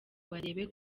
barebe